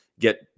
Get